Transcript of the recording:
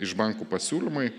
iš bankų pasiūlymai